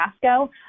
fiasco